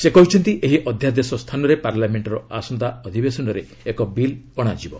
ସେ କହିଛନ୍ତି ଏହି ଅଧ୍ୟାଦେଶ ସ୍ଥାନରେ ପାର୍ଲାମେଣ୍ଟର ଆସନ୍ତା ଅଧିବେଶନରେ ଏକ ବିଲ୍ ଅଣାଯିବ